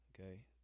Okay